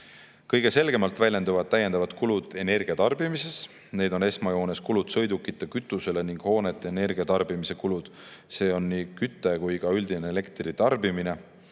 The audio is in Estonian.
Kõige selgemalt väljenduvad täiendavad kulud energiatarbimises. Need on esmajoones kulud sõidukite kütusele ning hoonete energiatarbimise kulud, [sealhulgas] nii küte kui ka üldine elektri tarbimine.